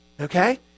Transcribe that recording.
Okay